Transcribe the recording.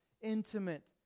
intimate